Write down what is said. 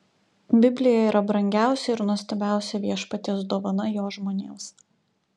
biblija yra brangiausia ir nuostabiausia viešpaties dovana jo žmonėms